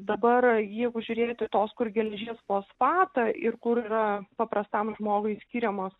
dabar jeigu žiūrėti tos kur geležies fosfatą ir kur yra paprastam žmogui skiriamos